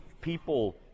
people